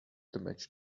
damage